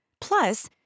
Plus